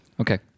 Okay